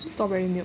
strawberry milk